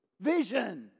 vision